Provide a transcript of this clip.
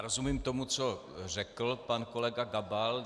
Rozumím tomu, co řekl pan kolega Gabal.